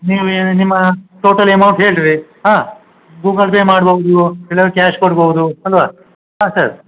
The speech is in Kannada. ನೀವೇ ನಿಮ್ಮ ಟೋಟಲ್ ಅಮೌಂಟ್ ಹೇಳಿರಿ ಹಾಂ ಗೂಗಲ್ ಪೇ ಮಾಡ್ಬೌದು ಇಲ್ಲ ಕ್ಯಾಶ್ ಕೊಡ್ಬೌದು ಅಲ್ಲವ ಹಾಂ ಸರ್